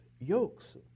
yokes